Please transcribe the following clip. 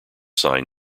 signed